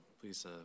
please